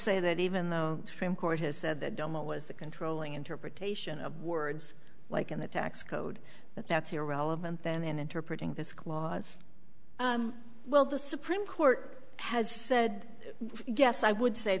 say that even though the same court has said that doma was the controlling interpretation of words like in the tax code but that's irrelevant then in interpreting this clause well the supreme court has said yes i would say